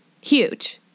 huge